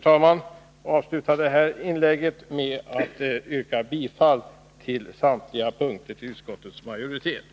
Jag vill avsluta detta inlägg med att yrka bifall till utskottets hemställan.